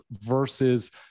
versus